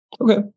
Okay